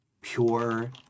pure